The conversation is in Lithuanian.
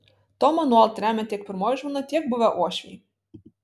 tomą nuolat remia tiek pirmoji žmona tiek buvę uošviai